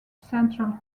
central